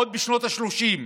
עוד בשנות השלושים,